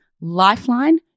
Lifeline